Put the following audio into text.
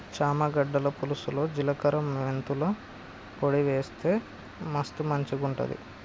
చామ గడ్డల పులుసులో జిలకర మెంతుల పొడి వేస్తె మస్తు మంచిగుంటది